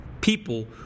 People